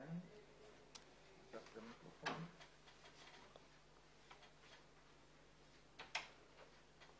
נחזור